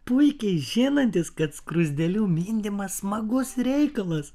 puikiai žinantys kad skruzdėlių mindymas smagus reikalas